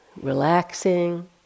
relaxing